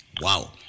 Wow